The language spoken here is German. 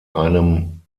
einem